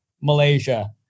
Malaysia